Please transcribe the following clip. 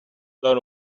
dans